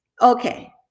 Okay